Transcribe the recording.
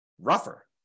rougher